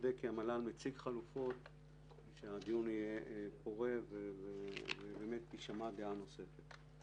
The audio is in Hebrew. לוודאי שהמל"ל מציג חלופות כדי שהדיון יהיה פורה ותישמע דעה נוספת.